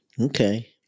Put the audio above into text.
Okay